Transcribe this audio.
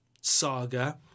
saga